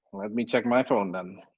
me check my phone then.